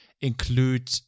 include